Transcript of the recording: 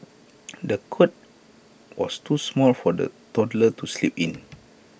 the cot was too small for the toddler to sleep in